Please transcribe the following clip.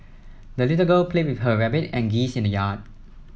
the little girl played with her rabbit and geese in the yard